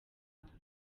rwanda